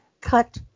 cut